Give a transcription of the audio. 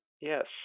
Yes